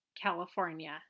California